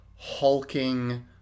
hulking